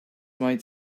might